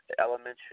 elementary